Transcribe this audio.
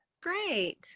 great